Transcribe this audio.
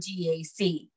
GAC